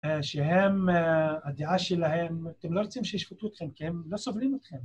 שהם, הדעה שלהם, אתם לא רוצים שישפטו אותכם, כי הם לא סובלים אותכם.